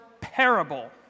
parable